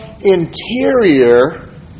interior